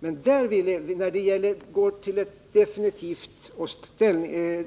Men när det gäller ett definitivt och